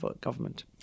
government